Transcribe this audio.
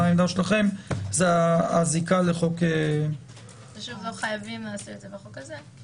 מה העמדה שלכם - זה הזיקה לחוק- -- לא חייבים לעשות את זה בחוק הזה.